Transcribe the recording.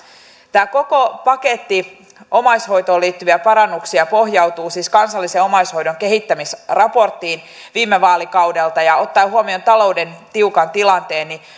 tämä koko paketti omaishoitoon liittyviä parannuksia pohjautuu siis kansallisen omaishoidon kehittämisraporttiin viime vaalikaudelta ja ottaen huomioon talouden tiukan tilanteen